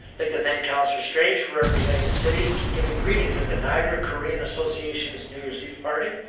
like to thank councilor strange for representing the city, giving greetings at the niagara careen association's new year's eve party.